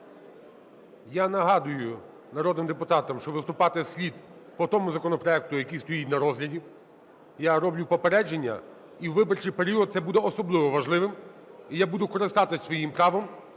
Я нагадую народним депутатам, що виступати слід по тому законопроекту, який стоїть на розгляді. Я роблю попередження і у виборчий період це буде особливо важливим і я буду користуватись своїм правом